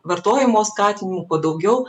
vartojimo skatinimu kuo daugiau